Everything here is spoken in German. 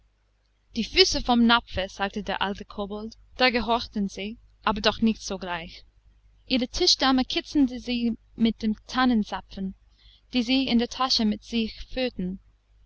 die füße vom napfe sagte der alte kobold da gehorchten sie aber doch nicht sogleich ihre tischdame kitzelten sie mit tannenzapfen die sie in der tasche mit sich führten